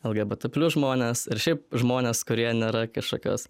lgbt plius žmonės ar šiaip žmonės kurie nėra kažkokios